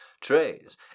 trays